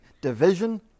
division